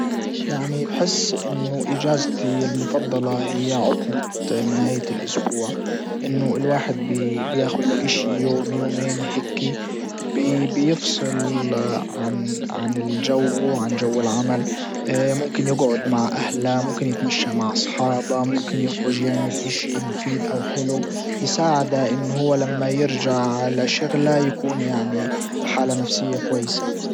يعني بحس انه اجازتي المفضلة هي عطلة نهاية الاسبوع. انه الواحد بياخد له اشي يوم يومين هيكي بيفصل عن عن الجو وعن جو العمل ممكن يجعد مع اهله ممكن يتمشى مع اصحابه ممكن يخرج يعمل اشي مفيد او حلو يساعده ان هو لما يرجع على شغله يكون يعني بحالة نفسية كويسة.